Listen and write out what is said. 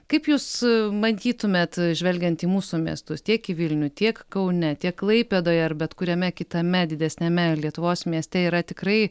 kaip jūs matytumėt žvelgiant į mūsų miestus tiek į vilnių tiek kaune tiek klaipėdoje ar bet kuriame kitame didesniame lietuvos mieste yra tikrai